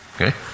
Okay